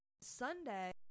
Sunday